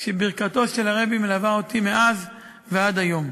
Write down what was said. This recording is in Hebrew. שברכתו של הרבי מלווה אותי מאז ועד היום.